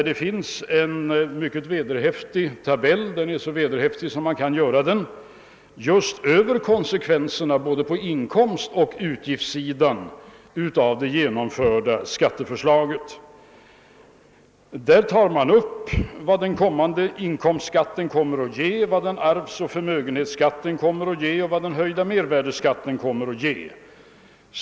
Det finns där en mycket vederhäftig tabell — den är så vederhäftig som man kan göra den — just över konsekvenserna på både inkomstoch utgiftssidan av de genomförda skatteförslagen. Där är upptaget vad den kommande inkomstskatten beräknas ge, vad arvsoch förmögenhetsskatten skall komma att ge och vad den höjda mervärdeskatten skall komma att ge.